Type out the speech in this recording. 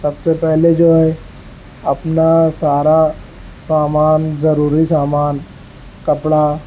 سب سے پہلے جو ہے اپنا سارا سامان ضروری سامان کپڑا